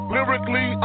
Lyrically